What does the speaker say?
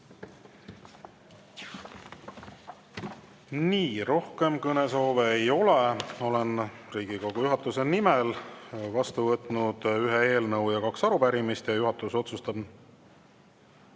Aitäh! Rohkem kõnesoove ei ole. Olen Riigikogu juhatuse nimel vastu võtnud ühe eelnõu ja kaks arupärimist. Juhatus otsustab